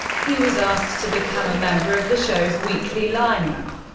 he was asked to become a member of the show's weekly lineup.